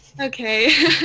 Okay